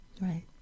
Right